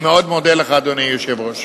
אני מאוד מודה לך, אדוני היושב-ראש.